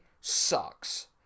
sucks